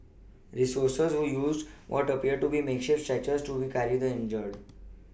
rescuers who used what appeared to be makeshift stretchers to carry the injured